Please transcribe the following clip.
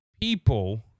People